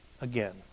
again